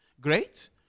Great